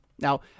Now